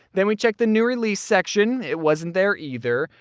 then we checked the new release section, it wasn't there either.